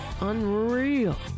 unreal